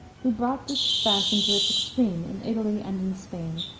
who brought this fashion to its extreme in italy and in spain.